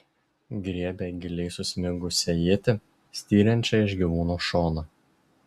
griebė giliai susmigusią ietį styrančią iš gyvūno šono